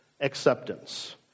acceptance